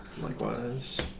Likewise